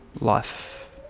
life